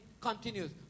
continues